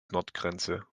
nordgrenze